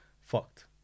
fucked